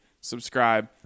subscribe